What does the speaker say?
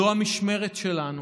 זו המשמרת שלנו,